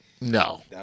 No